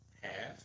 half